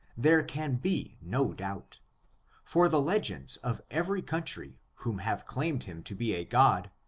there can be no doubt for the legends of every country who have claimed him to be a god,